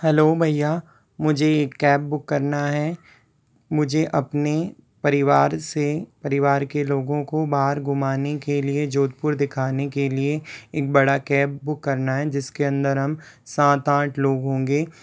hello भय्या मुझे एक कैब बुक करना है मुझे अपने परिवार से परिवार के लोगों को बाहर घूमाने के लिए जोधपुर दिखाने के लिए एक बड़ा कैब बुक करना है जिस के अंदर हम सात आठ लोग होंगे